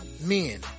men